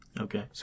Okay